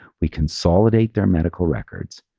we consolidate their medical records,